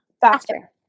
faster